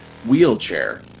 wheelchair